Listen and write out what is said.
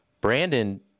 Brandon